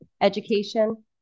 education